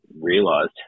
realised